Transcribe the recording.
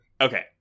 Okay